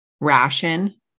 ration